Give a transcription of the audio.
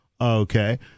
Okay